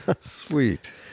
sweet